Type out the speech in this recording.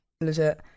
Legit